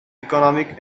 economic